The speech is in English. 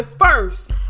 first